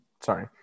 sorry